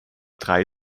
drei